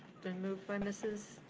been moved by mrs.